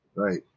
Right